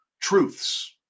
truths